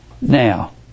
now